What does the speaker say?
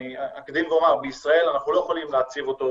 שאקדים ואומר, בישראל אנחנו לא יכולים להציב אותו